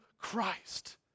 Christ